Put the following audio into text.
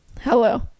Hello